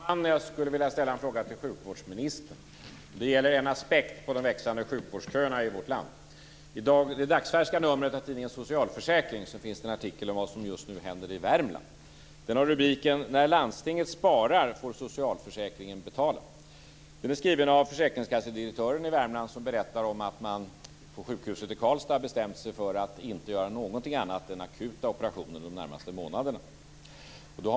Herr talman! Jag vill ställa en fråga till sjukvårdsministern. Det gäller en aspekt på de växande sjukvårdsköerna i vårt land. I det dagsfärska numret av tidningen Socialförsäkring finns det en artikel om vad som just nu händer i Värmland. Den har rubriken: När landstinget sparar får socialförsäkringen betala. Den är skriven av försäkringskassedirektören i Värmland, som berättar att man på sjukhuset i Karlstad har bestämt sig för att inte göra något annat än akuta operationer de närmaste månaderna.